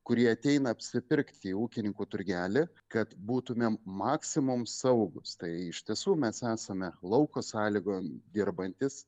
kurie ateina apsipirkti į ūkininkų turgelį kad būtumėm maksimoms saugūs tai iš tiesų mes esame lauko sąlygom dirbantys